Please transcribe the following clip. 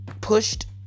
pushed